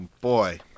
boy